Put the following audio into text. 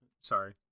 sorry